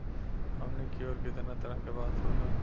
हमनी कियोर कितना तरह के बांस होला